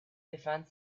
befand